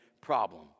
problem